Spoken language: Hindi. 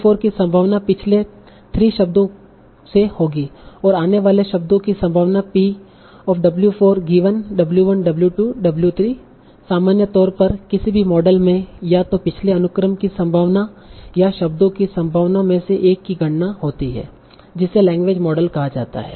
तो w4 की संभावना पिछले 3 शब्दों को से होगी और आने वाले शब्दों की संभावना सामान्य तौर पर किसी भी मॉडल में या तो पिछले अनुक्रम की संभावना या शब्दों की संभावनाओं में से एक की गणना होती है जिसे लैंग्वेज मॉडल कहा जाता है